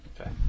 Okay